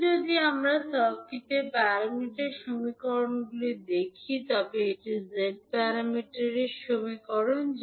এখন যদি আমরা সার্কিট প্যারামিটার সমীকরণগুলি লিখি তবে এটি z প্যারামিটার সমীকরণ